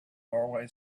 doorway